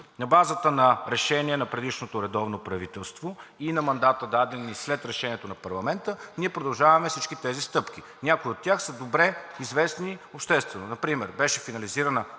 На базата на Решението на предишното редовно правителство и на мандата, даден ни след Решението на парламента, ние продължаваме всички тези стъпки, а някои от тях са добре известни обществено. Например беше финализирана